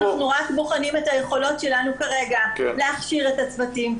אנחנו רק בוחנים את היכולות שלנו כרגע להכשיר את הצוותים,